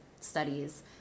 studies